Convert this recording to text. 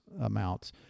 amounts